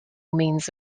means